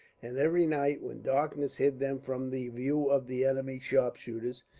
and every night, when darkness hid them from the view of the enemy's sharpshooters,